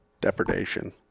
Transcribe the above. depredation